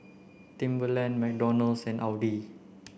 Timberland McDonald's and Audi